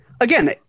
again